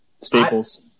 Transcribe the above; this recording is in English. Staples